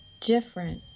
different